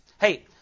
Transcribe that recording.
hey